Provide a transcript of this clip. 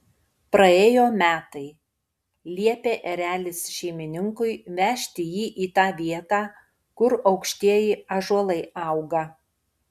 praėjo metai liepė erelis šeimininkui vežti jį į tą vietą kur aukštieji ąžuolai auga